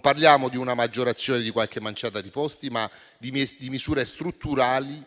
Parliamo non di una maggiorazione di qualche manciata di posti, ma di misure strutturali